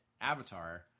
Avatar